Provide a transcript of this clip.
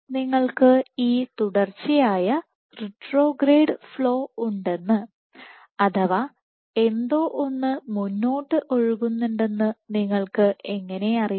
നിങ്ങൾക്ക് ഈ തുടർച്ചയായ റിട്രോഗ്രേഡ് ഫ്ലോ ഉണ്ടെന്ന് അഥവാ എന്തോ എന്ന് മുന്നോട്ട് ഒഴുകുന്നുണ്ടെന്ന് നിങ്ങൾക്ക് എങ്ങനെ അറിയാം